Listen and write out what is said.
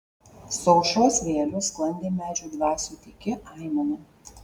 su aušros vėjeliu sklandė medžių dvasių tyki aimana